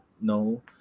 no